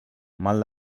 mal